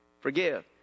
forgive